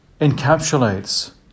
encapsulates